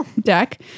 deck